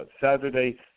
Saturday